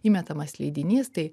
įmetamas leidinys tai